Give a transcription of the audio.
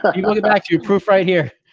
he will get back to you, proof right here.